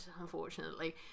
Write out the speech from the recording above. unfortunately